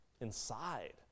inside